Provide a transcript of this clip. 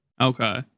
Okay